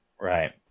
Right